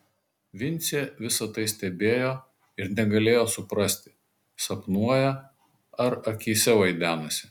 vincė visa tai stebėjo ir negalėjo suprasti sapnuoja ar akyse vaidenasi